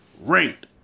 ranked